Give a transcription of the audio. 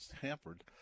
hampered